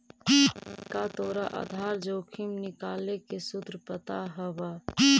का तोरा आधार जोखिम निकाले के सूत्र पता हवऽ?